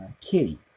Kitty